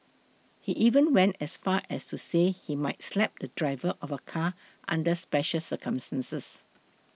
he even went as far as to say he might slap the driver of a car under special circumstances